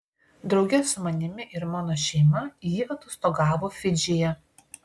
drauge su manimi ir mano šeima ji atostogavo fidžyje